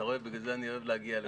אתה רואה, בגלל זה אני אוהב להגיע לפה.